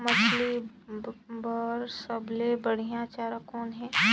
मछरी बर सबले बढ़िया चारा कौन हे?